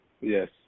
Yes